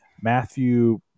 Matthew